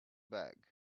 bag